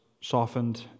softened